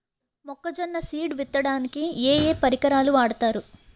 మొక్కజొన్న సీడ్ విత్తడానికి ఏ ఏ పరికరాలు వాడతారు?